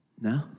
No